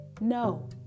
no